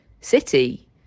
city